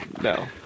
no